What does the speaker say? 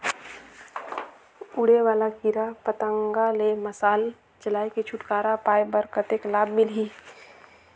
उड़े वाला कीरा पतंगा ले मशाल जलाय के छुटकारा पाय बर कतेक लाभ मिलही?